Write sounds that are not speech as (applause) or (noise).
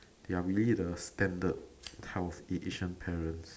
they are really the standard (noise) house a Asian parents